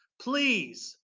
Please